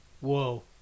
Whoa